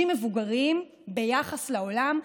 ביחס לעולם,